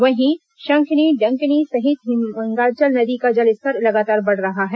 वहीं शंखिनी डंकिनी सहित मिंगाचल नदी का जलस्तर लगातार बढ़ रहा है